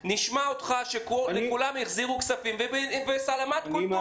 ונשמע אותך שלכולם החזירו כספים וסלאמת כל טוב.